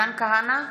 כהנא,